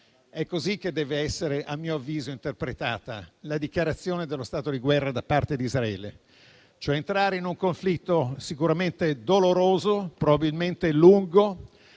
È così che deve essere - a mio avviso - interpretata la dichiarazione dello stato di guerra da parte di Israele: entrare cioè in un conflitto sicuramente doloroso, probabilmente lungo